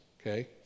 okay